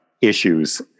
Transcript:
issues